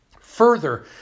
Further